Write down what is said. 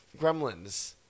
Gremlins